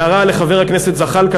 הערה לחבר הכנסת זחאלקה,